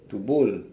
to bowl